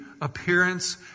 appearance